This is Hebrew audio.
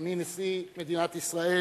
אדוני נשיא מדינת ישראל,